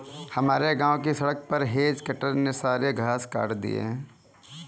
हमारे गांव की सड़क पर हेज कटर ने सारे घास काट दिए हैं